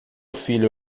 filho